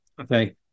Okay